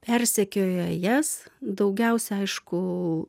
persekiojo jas daugiausia aišku